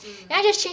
mm